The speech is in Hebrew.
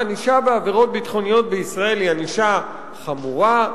הענישה בעבירות ביטחוניות בישראל היא ענישה חמורה,